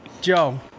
Joe